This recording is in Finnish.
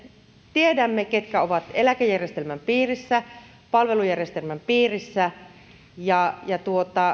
tiedämme ketkä ovat eläkejärjestelmän piirissä palvelujärjestelmän piirissä ja ja